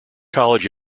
college